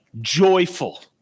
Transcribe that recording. joyful